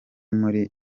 muri